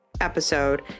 episode